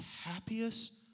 happiest